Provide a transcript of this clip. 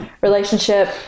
relationship